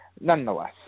nonetheless